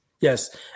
Yes